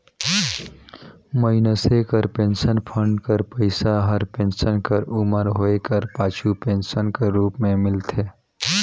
मइनसे कर pension fund कर पइसा हर पेंसन कर उमर होए कर पाछू पेंसन कर रूप में मिलथे